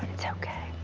it's okay.